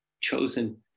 chosen